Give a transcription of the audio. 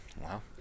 Wow